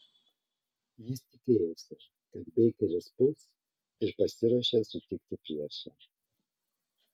jis tikėjosi kad beikeris puls ir pasiruošė sutikti priešą